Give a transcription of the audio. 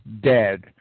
dead